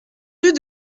rue